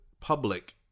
public